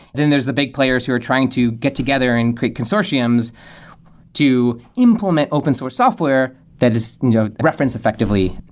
then there's the big players who are trying to get together and create consortiums to implement open source software that is you know referenced effectively.